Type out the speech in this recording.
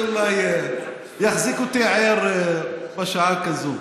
זה אולי יחזיק אותי ער בשעה כזאת.